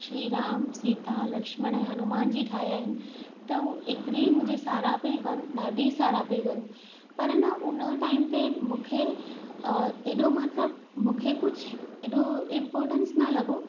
श्री राम सीता लक्षमण ऐं हनूमान जी ठाहिया आहिनि त हू एतिरी मुंहिंजी सारा पयूं कनि ॾाढी मुंहिंजी सारा पई कनि पर एन उन टाईम ते मूंखे एॾो मतिलबु मूंखे कुझु एॾो इंपोर्टन्स न लॻो